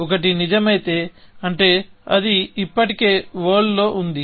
ఒకటి నిజమైతే అంటే అది ఇప్పటికే వరల్డ్ లో ఉంది